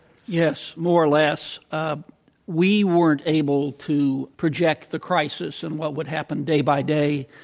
yes, more or less. ah we weren't able to project the crisis and what would happen day by day,